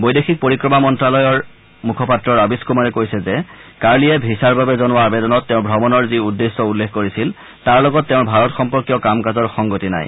বৈদেশিক পৰিক্ৰমা মন্ত্যালয়ৰ ৰাবিছ কুমাৰে কৈছে যে কাৰ্লিয়ে ভিছাৰ বাবে জনোৱা আৱেদনত তেওঁৰ ভ্ৰমণৰ যি উদ্দেশ্য উল্লেখ কৰিছিল তাৰ লগত তেওঁৰ ভাৰত সম্পৰ্কীয় কাম কাজৰ সংগতি নাই